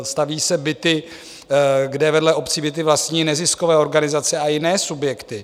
Staví se byty, kde vedle obcí ty byty vlastní neziskové organizace a jiné subjekty.